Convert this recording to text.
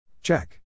Check